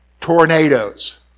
Tornadoes